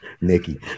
Nikki